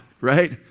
right